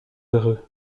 heureux